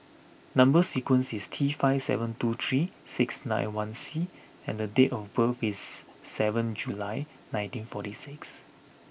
number sequence is T five seven two three six nine one C and the date of birth is seventh July nineteen forty six